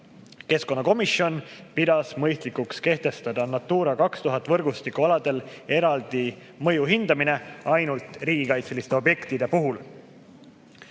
Keskkonnakomisjon pidas mõistlikuks kehtestada Natura 2000 võrgustiku aladel eraldi mõjuhindamise ainult riigikaitseliste objektide puhul.